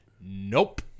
nope